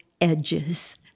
edges